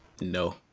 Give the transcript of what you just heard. No